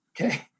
Okay